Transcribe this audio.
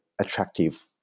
attractive